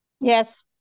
Yes